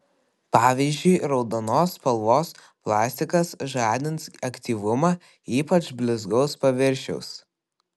pavyzdžiui raudonos spalvos plastikas žadins aktyvumą ypač blizgaus paviršiaus